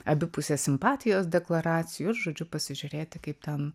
abipusės simpatijos deklaracijų ir žodžiu pasižiūrėti kaip ten